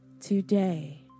today